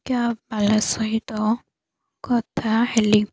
କ୍ୟାବ୍ବାଲା ସହିତ କଥା ହେଲି